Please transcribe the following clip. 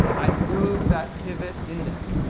i move that pivot index.